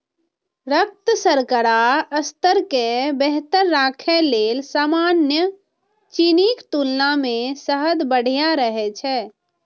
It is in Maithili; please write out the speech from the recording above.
रक्त शर्करा स्तर कें बेहतर राखै लेल सामान्य चीनीक तुलना मे शहद बढ़िया रहै छै